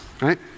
Right